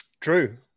True